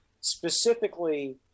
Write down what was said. specifically